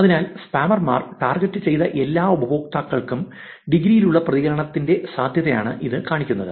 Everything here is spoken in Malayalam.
അതിനാൽ സ്പാമർമാർ ടാർഗെറ്റുചെയ്ത എല്ലാ ഉപയോക്താക്കൾക്കും ഡിഗ്രിയിലുള്ള പ്രതികരണത്തിന്റെ സാധ്യതയാണ് ഇത് കാണിക്കുന്നത്